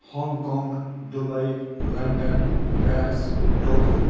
Hong Kong Dubai London Paris Tokyo